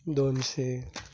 दोनशे